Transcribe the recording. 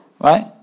Right